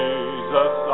Jesus